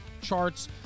charts